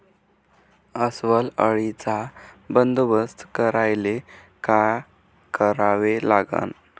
अस्वल अळीचा बंदोबस्त करायले काय करावे लागन?